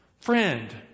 Friend